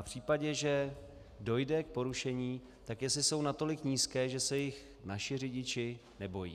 v případě, že dojde k porušení, jsou natolik nízké, že se jich naši řidiči nebojí...